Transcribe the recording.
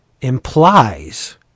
implies